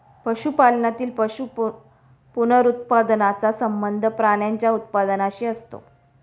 पशुपालनातील पशु पुनरुत्पादनाचा संबंध प्राण्यांच्या उत्पादनाशी असतो